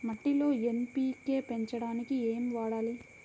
మట్టిలో ఎన్.పీ.కే పెంచడానికి ఏమి వాడాలి?